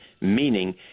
meaning